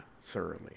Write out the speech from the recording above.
thoroughly